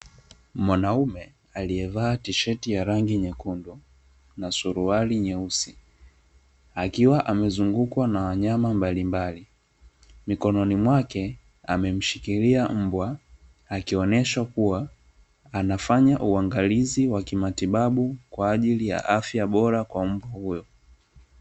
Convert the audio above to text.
Mwanaume aliyevaa tisheti ya rangi nyekundu na suruali nyeusi, akiwa amezungukwa na wanyama mbalimbali, mikononi mwake amemshikilia mbwa, akionesha kuwa anafanya uangalizi wa kimatibabu kwa ajili ya afya bora kwa mbwa huyo.